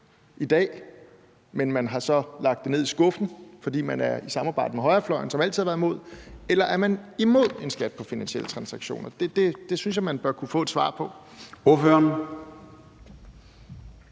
i dag, men man har lagt det ned i skuffen, fordi man er i et samarbejde med højrefløjen, som altid har været imod, eller er man imod en skat på finansielle transaktioner? Det synes jeg vi bør kunne få et svar på.